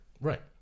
right